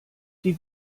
die